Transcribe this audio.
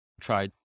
tried